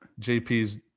JP's